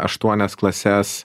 aštuonias klases